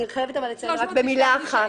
אני חיבת לציין במילה אחת.